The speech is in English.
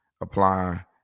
apply